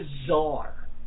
bizarre